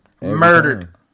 Murdered